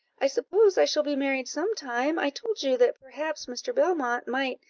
i suppose i shall be married some time. i told you that perhaps mr. belmont might,